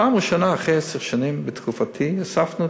פעם ראשונה אחרי עשר שנים, בתקופתי, הוספנו